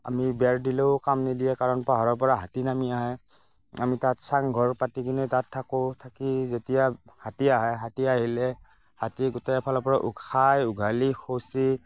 আমি বেৰ দিলেও কাম নিদিয়ে কাৰণ পাহাৰৰ পৰা হাতী নামি আহে আমি তাত চাংঘৰ পাতি কিনে তাত থাকোঁ থাকি যেতিয়া হাতী আহে হাতী আহিলে হাতীয়ে গোটেই এফালৰ পৰা খাই উঘালি খচি